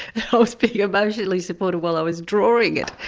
ah so yeah emotionally supported while i was drawing it,